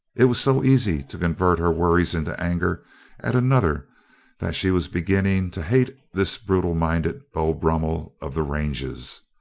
it was so easy to convert her worries into anger at another that she was beginning to hate this brutal-minded beau brummel of the ranges.